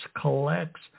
collects